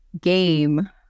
game